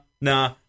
nah